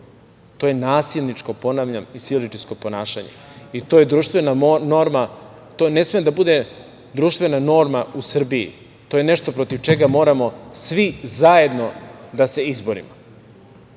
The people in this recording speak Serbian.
To je nasilničko, ponavljam, i siledžijsko ponašanje i to je društvena norma. Ne sme da bude društvena norma u Srbiji. To je nešto protiv čega moramo svi zajedno da se izborimo. Sada,